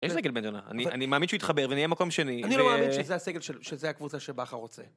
יש סגל בן יונה. אני מאמין שהוא יתחבר ונהיה מקום שני. אני לא מאמין שזה הסגל שלו, שזה הקבוצה שבכר רוצה.